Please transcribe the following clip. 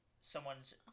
someone's